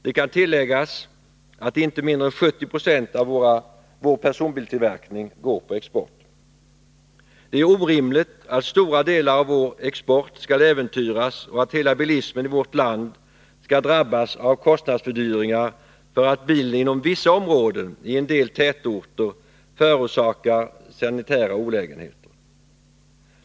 Det kan tilläggas att inte mindre än 70 96 av vår personbiltillverkning går på export. Det är orimligt att stora delar av vår export skall äventyras och att hela bilismen i vårt land skall drabbas av kostnadsfördyringar därför att bilen inom vissa områden i en del tätorter förorsakar sanitära olägenheter.